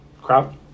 Crowd